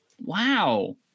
wow